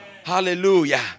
Hallelujah